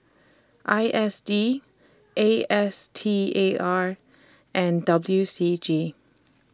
I S D A S T A R and W C G